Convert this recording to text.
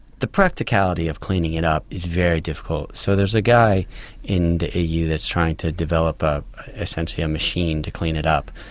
the practicality of cleaning it up is very difficult. so there's a guy in the eu that's trying to develop ah essentially a machine to clean it up,